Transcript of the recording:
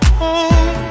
home